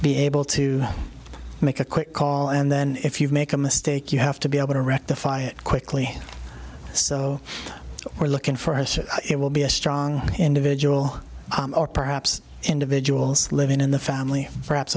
be able to make a quick call and then if you make a mistake you have to be able to rectify it quickly so we're looking for it will be a strong individual or perhaps individuals living in the family perhaps